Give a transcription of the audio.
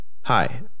Hi